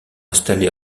installé